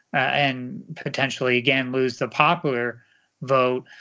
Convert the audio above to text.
and potentially again lose the popular vote,